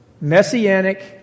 messianic